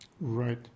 Right